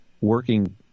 working